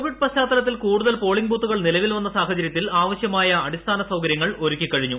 Covid പശ്ചാത്തലത്തിൽ കൂടുതൽ polling ബൂത്തുകൾ നിലവിൽ വന്ന സാഹചര്യത്തിൽ ആവശ്യമായ അടിസ്ഥാന സൌകര്യങ്ങൾ ഒരുക്കിക്കഴിഞ്ഞു